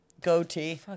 Goatee